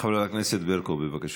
חברת הכנסת ברקו, בבקשה.